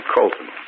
Colton